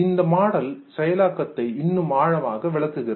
இந்த மாடல் செயலாக்கத்தை இன்னும் ஆழமாக விளக்குகிறது